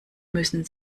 müssen